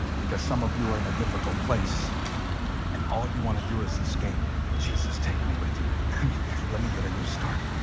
because some of you are in a difficult place and all you want to do is escape jesus. take me with you let me get a new start